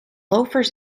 loafers